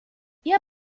ihr